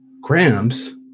Grams